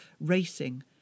racing